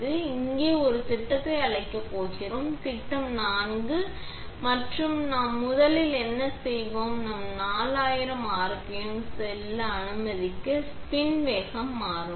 நான் இங்கே ஒரு திட்டத்தை அழைக்கப் போகிறேன் திட்டம் நான்கு மற்றும் நாம் முதலில் என்ன செய்வோம் நாம் 4000 rpm சொல்ல அனுமதிக்க ஸ்பின் வேகம் மாறும்